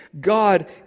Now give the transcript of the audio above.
God